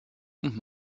und